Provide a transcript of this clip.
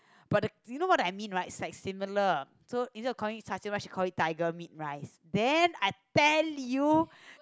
but the you know what do I mean right is like similar so is calling char-siew but she called it tiger meat rice then I tell you